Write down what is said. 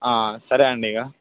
సరే అండి ఇక